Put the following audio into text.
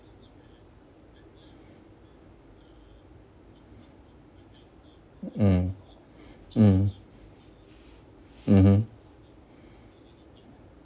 mm mm mmhmm